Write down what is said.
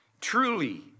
truly